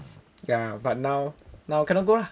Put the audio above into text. ya but now now cannot go ah